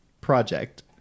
project